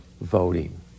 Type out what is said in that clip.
voting